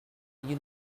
you